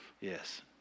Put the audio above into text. Yes